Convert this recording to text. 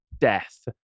death